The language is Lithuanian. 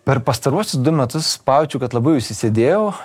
per pastaruosius du metus pajaučiau kad labai užsisėdėjau